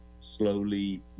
slowly